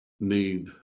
need